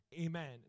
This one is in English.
Amen